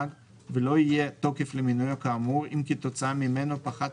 ולא יהיה תוקף למינויו כאמור אם כתוצאה ממנו פחת